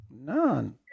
None